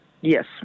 Yes